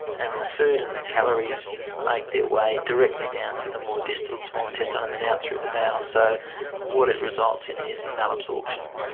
and the food and the calories make their way directly down to the more distal small intestine and then out through the bowel. so what it results in is malabsorption.